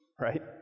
right